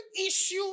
issue